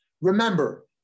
Remember